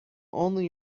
only